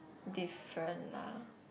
different lah